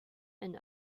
and